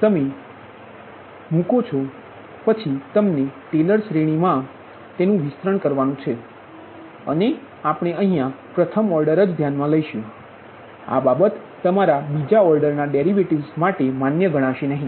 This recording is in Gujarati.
તમે આ રીતે મૂકયા પછી આ સમીકરણનુ તમારે ટેલર શ્રેણીમાં બરાબર વિસ્તરણ કરવુ જોઈએ અને આપણે અહીયા પ્રથમ ઓર્ડર જ ધ્યાનમાં લઈશું આ બાબત તમારા બીજા ઓર્ડરના ડેરિવેટિવ્ઝને માટે માન્ય ગણાશે નહીં